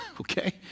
okay